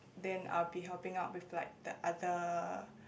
then I'll be helping out with like the other